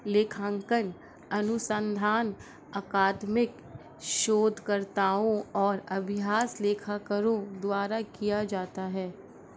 लेखांकन अनुसंधान अकादमिक शोधकर्ताओं और अभ्यास लेखाकारों द्वारा किया जाता है